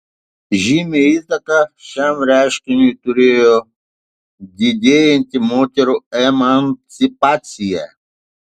žymią įtaką šiam reiškiniui turėjo didėjanti moterų emancipacija